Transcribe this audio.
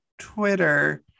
Twitter